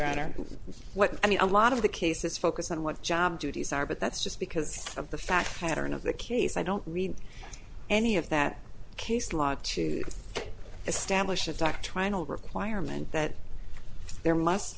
honor what i mean a lot of the cases focus on what job duties are but that's just because of the fact pattern of the case i don't read any of that case law to establish a doctrinal requirement that there must